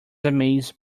amazed